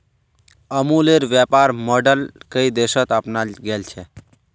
अमूलेर व्यापर मॉडल कई देशत अपनाल गेल छ